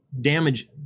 damage